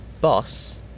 Boss